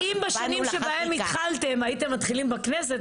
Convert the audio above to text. אבל אם בשנים שבהם התחלתם הייתם מתחילים בכנסת,